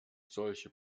solche